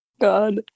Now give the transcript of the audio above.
God